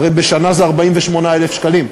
הרי בשנה זה 48,000 שקלים.